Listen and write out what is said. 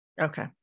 okay